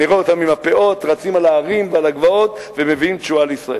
נראה אותם עם הפאות רצים על ההרים ועל הגבעות ומביאים תשועה לישראל.